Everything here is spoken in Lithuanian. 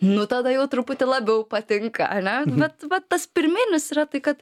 nu tada jau truputį labiau patinka ane bet va tas pirminis yra tai kad